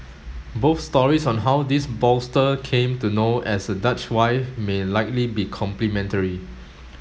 both stories on how this bolster came to be known as a Dutch wife may likely be complementary